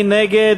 מי נגד?